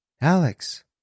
Alex